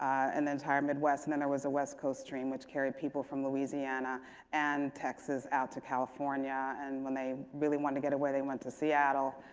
and the entire midwest. and then there was a west coast stream which carried people from louisiana and texas out to california and when they really wanted to get away, they went to seattle.